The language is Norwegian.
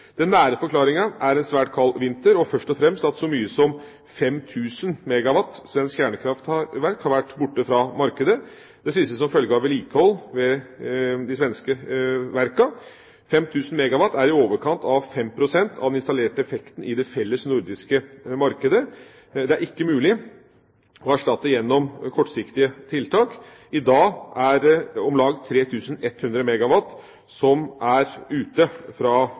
Den nære forklaringa er en svært kald vinter og først og fremst at så mye som 5 000 MW svensk kjernekraft har vært borte fra markedet – det siste som følge av vedlikehold ved de svenske verkene. 5 000 MW er i overkant av 5 pst. av den installerte effekten i det felles nordiske markedet. Det er det ikke mulig å erstatte gjennom kortsiktige tiltak. I dag er det om lag 3 100 MW som er ute fra